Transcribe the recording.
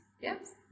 Yes